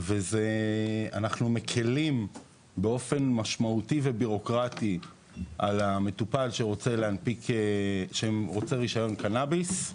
אנחנו מקלים באופן משמעותי ובירוקרטי על המטופל שרוצה רישיון קנביס.